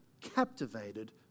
captivated